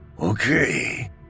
Okay